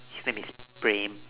his name is praem